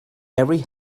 every